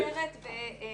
הסיפה מיותרת ונשארה בטעות.